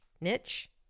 niche